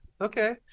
Okay